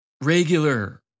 Regular